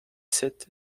sept